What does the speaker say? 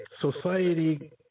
Society